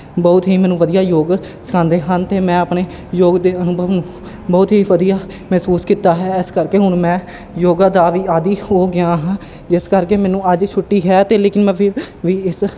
ਬਹੁਤ ਹੀ ਮੈਨੂੰ ਵਧੀਆ ਯੋਗ ਸਿਖਾਉਂਦੇ ਹਨ ਅਤੇ ਮੈਂ ਆਪਣੇ ਯੋਗ ਦੇ ਅਨੁਭਵ ਨੂੰ ਬਹੁਤ ਹੀ ਵਧੀਆ ਮਹਿਸੂਸ ਕੀਤਾ ਹੈ ਇਸ ਕਰਕੇ ਹੁਣ ਮੈਂ ਯੋਗਾ ਦਾ ਵੀ ਆਦੀ ਹੋ ਗਿਆ ਹਾਂ ਜਿਸ ਕਰਕੇ ਮੈਨੂੰ ਅੱਜ ਛੁੱਟੀ ਹੈ ਅਤੇ ਲੇਕਿਨ ਮੈਂ ਫਿਰ ਵੀ ਇਸ